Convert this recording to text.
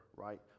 right